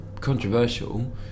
controversial